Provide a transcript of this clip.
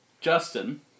Justin